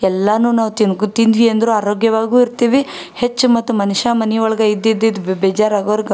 ಎಲ್ಲಾ ನಾವು ತಿನ್ಕೊ ತಿಂದ್ವಿ ಅಂದರೂ ಆರೋಗ್ಯವಾಗೂ ಇರ್ತೀವಿ ಹೆಚ್ಚು ಮತ್ತು ಮನುಷ್ಯ ಮನೆ ಒಳ್ಗೆ ಇದ್ದು ಇದ್ದು ಇದ್ದು ಬೇಜಾರಾಗೋರ್ಗೆ